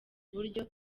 uburyo